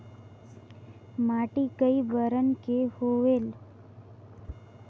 माटी कई बरन के होयल?